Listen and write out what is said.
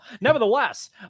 Nevertheless